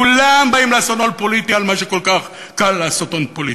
כולם באים לעשות הון פוליטי על מה שכל כך קל לעשות הון פוליטי.